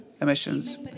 emissions